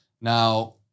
Now